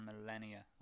millennia